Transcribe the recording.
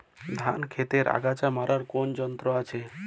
ধান ক্ষেতের আগাছা মারার কোন যন্ত্র আছে?